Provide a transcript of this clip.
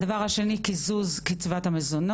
רק כלכלית אני אומרת את זה בלשון סגי נהור,